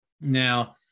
Now